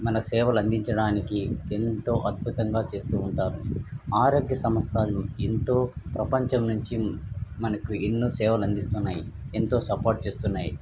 మన సేవలు అందించడానికి ఎంతో అద్భుతంగా చేస్తూ ఉంటారు ఆరోగ్య సంస్థ ఎంతో ప్రపంచం మెచ్చి మనకు ఎన్నో సేవలు అందిస్తున్నాయి ఎంతో సపోర్ట్ చేసున్నాయి